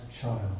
child